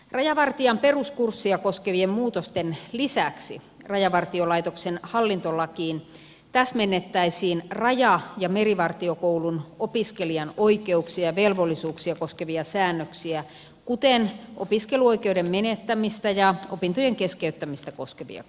rajavartijan peruskurssia koskevien muutosten lisäksi rajavartiolaitoksen hallintolakiin täsmennettäisiin raja ja merivartiokoulun opiskelijan oikeuksia ja velvollisuuksia koskevia säännöksiä kuten opiskeluoikeuden menettämistä ja opintojen keskeyttämistä koskevia kohtia